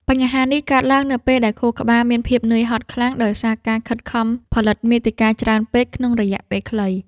បញ្ហានេះកើតឡើងនៅពេលដែលខួរក្បាលមានភាពនឿយហត់ខ្លាំង ដោយសារការខិតខំផលិតមាតិកាច្រើនពេកក្នុងរយៈពេលខ្លី។